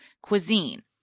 cuisine